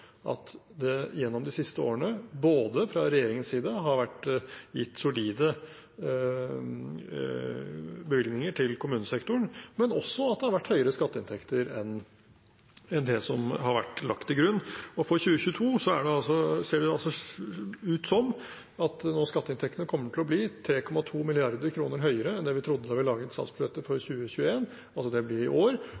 at det fra regjeringens side gjennom de siste årene både har vært gitt solide bevilgninger til kommunesektoren, og at det har vært høyere skatteinntekter enn det som har vært lagt til grunn. For 2022 ser det altså ut som at skatteinntektene kommer til å bli 3,2 mrd. kr høyere enn det vi trodde da vi laget statsbudsjettet for